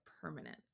Permanence